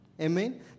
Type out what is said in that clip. Amen